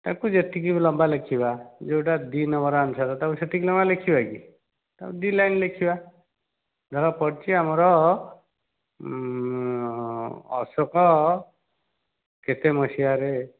ତାକୁ ଯେତିକି ବି ଲମ୍ବା ଲେଖିବା ଯେଉଁଟା ଦୁଇ ନମ୍ବର ଆନ୍ସର୍ ତାକୁ ସେତିକି ଲମ୍ବା ଲେଖିବା କି ତାକୁ ଦୁଇ ଲାଇନ୍ ଲେଖିବା ଧର ପଡ଼ିଛି ଆମର ଅଶୋକ କେତେ ମସିହାରେ